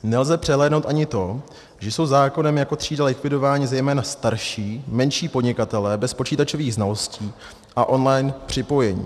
Nelze přehlédnout ani na to, že jsou zákonem jako třída likvidováni zejména starší, menší podnikatelé bez počítačových znalostí a online připojení.